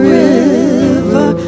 river